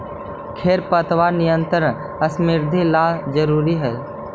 खेर पात नियंत्रण समृद्धि ला जरूरी हई